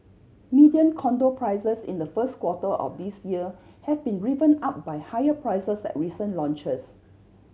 median condo prices in the first quarter of this year have been driven up by higher prices at recent launches